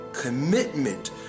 commitment